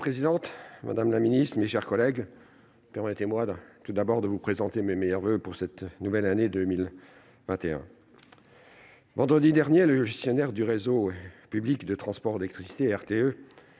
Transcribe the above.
Madame la présidente, madame la secrétaire d'État, mes chers collègues, permettez-moi tout d'abord de vous présenter mes meilleurs voeux pour 2021. Vendredi dernier, le gestionnaire du réseau public de transport d'électricité,